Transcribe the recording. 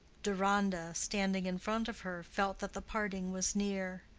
deronda, standing in front of her, felt that the parting was near.